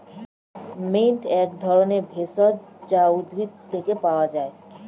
mint এক ধরনের ভেষজ যা উদ্ভিদ থেকে পাওয় যায়